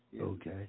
Okay